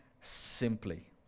simply